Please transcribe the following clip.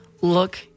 look